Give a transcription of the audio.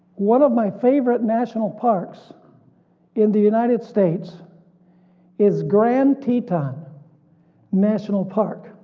one of my favorite national parks in the united states is grand teton national park